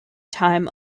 time